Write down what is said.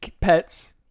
pets